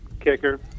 kicker